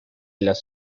las